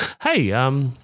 hey